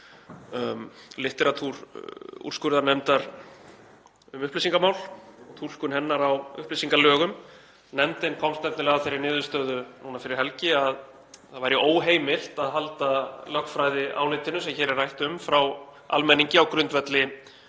litteratúr úrskurðarnefndar um upplýsingamál og túlkun hennar á upplýsingalögum. Nefndin komst nefnilega að þeirri niðurstöðu núna fyrir helgi að það væri óheimilt að halda lögfræðiálitinu sem hér er rætt um frá almenningi á grundvelli